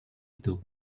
itu